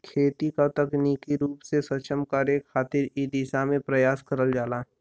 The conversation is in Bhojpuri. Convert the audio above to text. खेती क तकनीकी रूप से सक्षम करे खातिर इ दिशा में प्रयास करल जाला